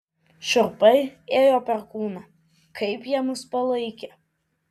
šiurpai ėjo per kūną kaip jie mus palaikė